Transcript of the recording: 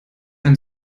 ein